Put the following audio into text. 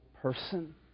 person